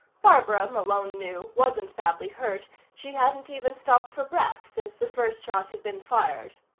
barbara, malone knew, wasn't badly hurt she hadn't even stopped for breath since the first shot had been fired.